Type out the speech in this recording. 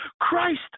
Christ